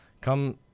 come